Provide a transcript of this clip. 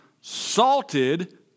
salted